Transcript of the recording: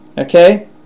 okay